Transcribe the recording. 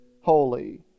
holy